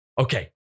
Okay